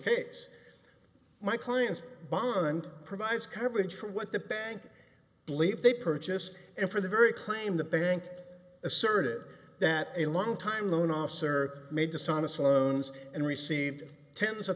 case my clients bond provides coverage for what the bank believe they purchase and for the very claim the bank asserted that a long time loan officer made dishonest loans and received tens of